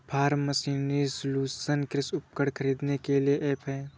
form machinery solution कृषि उपकरण खरीदने के लिए ऐप है